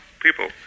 people